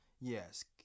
Yes